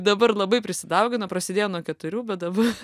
dabar labai prisidaugino prasidėjo nuo keturių bet dabar